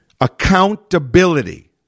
accountability